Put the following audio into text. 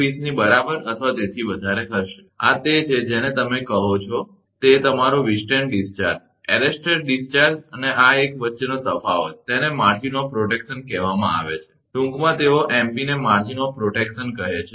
20 ની બરાબર અથવા તેથી વધારે હશે આ તે છે જેને તમે કહો છો તે તમારો વીથસ્ટેન્ડ ડિસ્ચાર્જ એરેસ્ટર ડિસ્ચાર્જ અને આ એક વચ્ચેનો તફાવત તેને માર્જિન ઓફ પ્રોટેકશન કહેવામાં આવે છે ટૂંકમાં તેઓ MPને માર્જિન ઓફ પ્રોટેકશ કહે છે